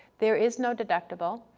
there is no deductible,